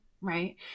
right